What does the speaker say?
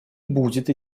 будет